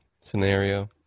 scenario